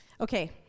Okay